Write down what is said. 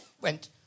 went